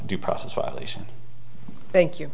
due process violation thank you